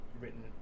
written